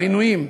עינויים,